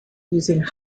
using